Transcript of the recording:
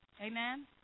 Amen